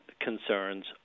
concerns